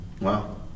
Wow